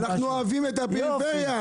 אנחנו אוהבים את הפריפריה.